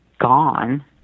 gone